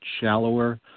shallower